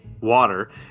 water